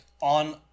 on